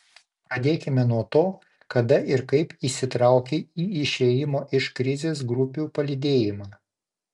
pradėkime nuo to kada ir kaip įsitraukei į išėjimo iš krizės grupių palydėjimą